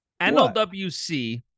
NLWC